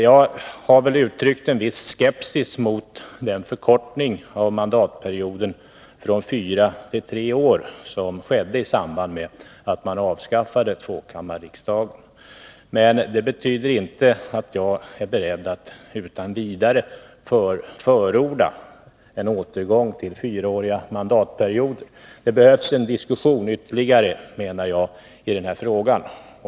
Jag har uttryckt en viss skepsis mot den förkortning av mandatperioden från fyra till tre år som skedde i samband med att man avskaffade tvåkammarriksdagen. Men det betyder inte att jag är beredd att utan vidare förorda en återgång till fyraåriga mandatperioder. Det behövs en ytterligare diskussion i den här frågan.